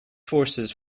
forces